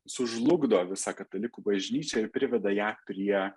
sužlugdo visą katalikų bažnyčią ir priveda ją prie